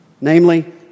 namely